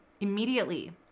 Immediately